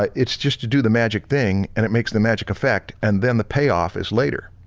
it's just to do the magic thing and it makes the magic effect and then the payoff is later.